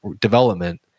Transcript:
development